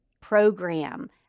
program